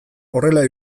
horrela